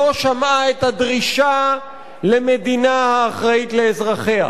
לא שמעה את הדרישה למדינה האחראית לאזרחיה,